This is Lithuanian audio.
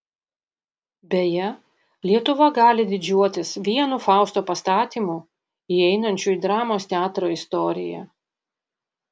beje lietuva gali didžiuotis vienu fausto pastatymu įeinančiu į dramos teatro istoriją